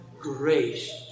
grace